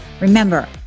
Remember